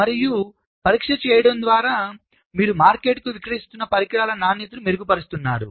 మరియు పరీక్ష చేయడం ద్వారా మీరు మార్కెట్కు విక్రయిస్తున్న పరికరాల నాణ్యతను మెరుగుపరుస్తున్నారు